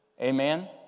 Amen